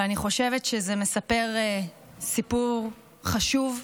אבל אני חושבת שזה מספר סיפור חשוב.